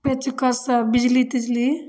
पेचकस सऽ बिजली तिजली